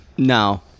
No